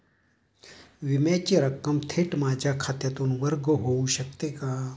विम्याची रक्कम थेट माझ्या खात्यातून वर्ग होऊ शकते का?